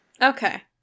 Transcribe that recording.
Okay